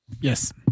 Yes